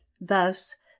thus